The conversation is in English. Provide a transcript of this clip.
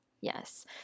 Yes